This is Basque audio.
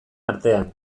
artean